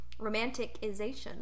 romanticization